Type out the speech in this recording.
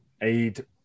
aid